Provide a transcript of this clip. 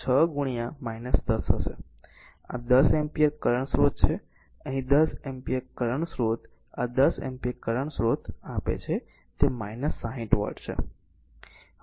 તેથી આ r 6 10 છે આ 10 એમ્પીયર કરંટ સ્રોત છે અહીં 10 એમ્પીયર કરંટ સ્રોત આ 10 એમ્પીયર કરંટ આપે છે તે 60 વોટ છે